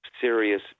serious